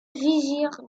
vizir